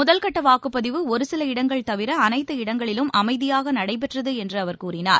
முதல்கட்ட வாக்குப்பதிவு ஒருசில இடங்கள் தவிர அளைத்து இடங்களிலும் அமைதியாக நடைபெற்றது என்று அவர் கூறினார்